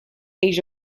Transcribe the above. age